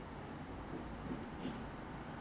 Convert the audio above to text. the Ezbuy and say !hey! why what happen